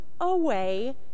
away